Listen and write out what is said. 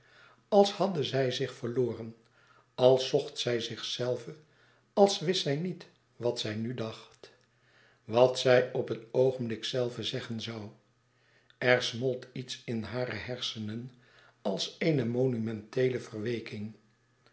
als hadde zij zich verloren als zocht zij zichzelve als wist zij niet wat zij nu dacht wat zij op het oogenblik zelve zeggen zoû er smolt iets in hare hersenen als eene momenteele verweeking